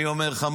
אני אומר לך,